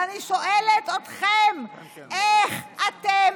ואני שואלת אתכם: איך אתם